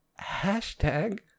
hashtag